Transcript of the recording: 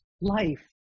Life